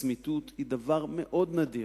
לצמיתות היא דבר מאוד נדיר,